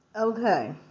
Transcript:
Okay